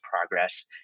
progress